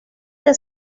que